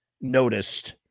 noticed